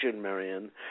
Marion